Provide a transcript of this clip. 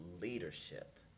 leadership